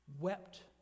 wept